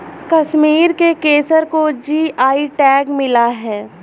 कश्मीर के केसर को जी.आई टैग मिला है